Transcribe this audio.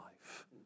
life